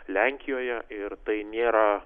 lenkijoje ir tai nėra